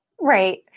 Right